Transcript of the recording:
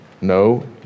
no